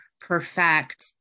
perfect